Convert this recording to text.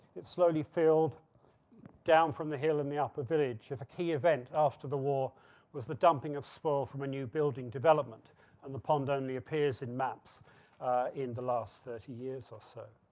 it slowly filled down from the hill in the upper village. if a key event after the war was the dumping of spoil from a new building development and the pond only appears in maps in the last thirty years or so.